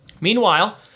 Meanwhile